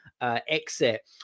exit